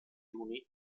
juni